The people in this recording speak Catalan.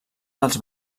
dels